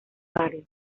barrio